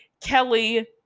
kelly